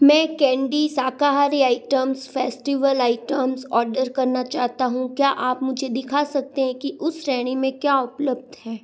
मैं कैंडी शाकाहारी items festival items order करना चाहता हूँ क्या आप मुझे दिखा सकते हैं कि उस श्रेणी में क्या उपलब्ध है